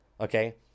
Okay